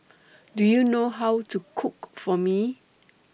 Do YOU know How to Cook For Mee